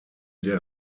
der